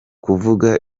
kuvuga